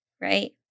right